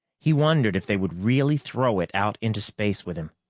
he wondered if they would really throw it out into space with him.